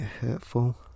hurtful